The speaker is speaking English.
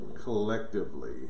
collectively